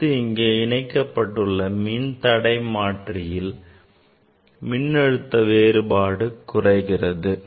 அடுத்து இங்கே இணைக்கப்பட்டுள்ள மின்தடைமாற்றியில் மின்னழுத்த வேறுபாடு குறைகிறது